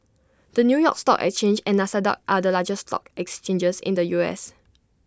the new york stock exchange and Nasdaq are the largest stock exchanges in the U S